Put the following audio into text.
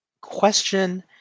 question